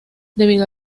debido